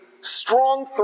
strong